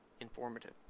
informative